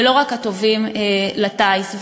ולא רק הטובים לטיס.